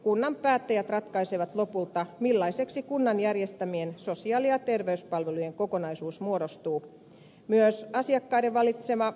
kunnan päättäjät ratkaisevat lopulta millaiseksi kunnan järjestämien sosiaali ja terveyspalvelujen kokonaisuus muodostuu